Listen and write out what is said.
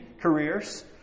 careers